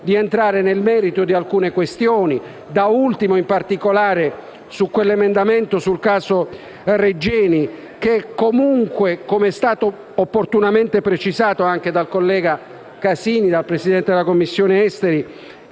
di entrare nel merito di alcune questioni, da ultimo, sull'emendamento sul caso Regeni. Come è stato opportunamente precisato anche dal collega Casini, presidente della Commissione esteri,